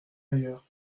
ailleurs